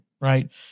right